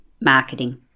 marketing